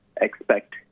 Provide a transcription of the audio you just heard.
expect